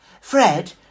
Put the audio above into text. Fred